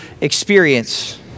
experience